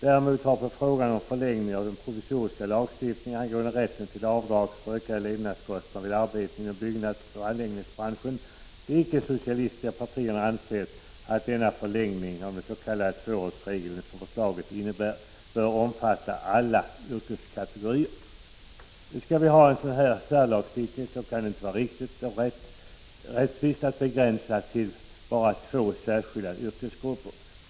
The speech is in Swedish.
Däremot har i fråga om förlängningen av den provisoriska lagstiftningen rörande rätten till avdrag för ökade levnadskostnader vid arbete inom byggnadsoch anläggningsbranschen de ickesocialistiska partierna ansett att den förlängning av den s.k. tvåårsregeln som förslaget innebär bör omfatta alla yrkeskategorier. Skall vi ha en sådan här särlagsstiftning kan det inte vara riktigt och rättvist att begränsa den till två särskilda yrkesgrupper.